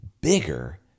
bigger